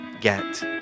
get